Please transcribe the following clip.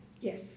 yes